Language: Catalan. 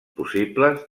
possibles